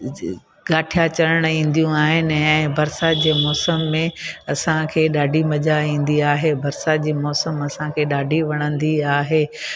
गाठिया चरण ईंदियूं आहिनि ऐं बरसाति जे मौसम में असांखे ॾाढी मज़ा ईंदी आहे बरसाति जी मौसमु असांखे ॾाढी वणंदी आहे